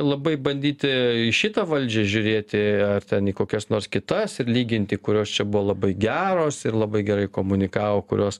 labai bandyti į šitą valdžią žiūrėti ar ten į kokias nors kitas ir lyginti kurios čia buvo labai geros ir labai gerai komunikavo kurios